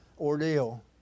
ordeal